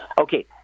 Okay